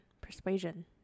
persuasion